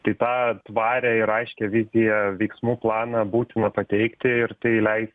tai tą tvarią ir aiškią viziją veiksmų planą būtina pateikti ir tai leis